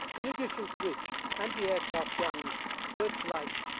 in addition to which anti-aircraft guns, searchlights,